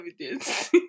evidence